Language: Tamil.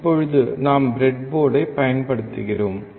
இப்போது நாம் பிரெட் போர்டைப் பயன்படுத்துகிறோம்